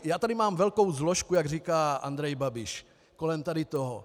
Já tady mám velkou složku, jak říká Andrej Babiš, kolem toho.